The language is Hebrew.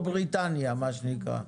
כמו בריטניה, מה שנקרא.